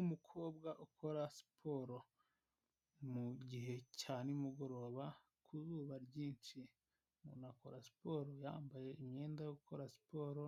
Umukobwa ukora siporo mu gihe cya nimugoroba ku izuba ryinshi, umuntu akora siporo yambaye imyenda yo gukora siporo